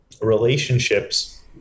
relationships